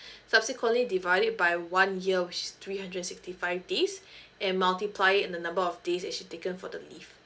subsequently divide it by one year which is three hundred sixty five days and multiply it in the number of days that she's taken for the leave